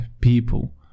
people